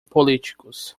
políticos